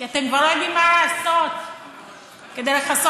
כי אתם כבר לא יודעים מה לעשות כדי לכסות